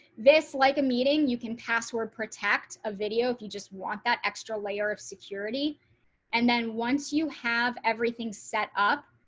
this like a meeting, you can password protect a video. if you just want that extra layer of security and then once you have everything set up,